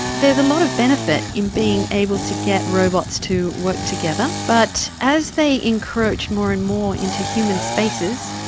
there's a lot of benefit in being able to get robots to work together, but as they encroach more and more into human spaces,